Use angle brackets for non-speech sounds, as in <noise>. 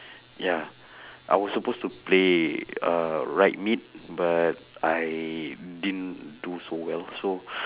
ya <breath> I was supposed to play uh right mid but I didn't do so well so <breath>